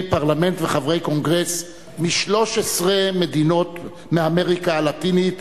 פרלמנט וחברי קונגרס מ-13 מדינות מאמריקה הלטינית,